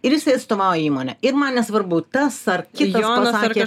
ir jisai atstovauja įmonę ir man nesvarbu tas ar kitas pasakė